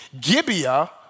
Gibeah